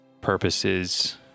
purposes